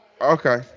Okay